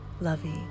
lovey